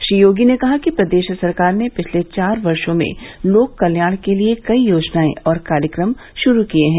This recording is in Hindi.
श्री योगी ने कहा कि प्रदेश सरकार ने पिछले चार वर्षों में लोक कल्याण के लिये कई योजनाएं और कार्यक्रम श्रू किये हैं